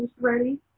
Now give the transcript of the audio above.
ready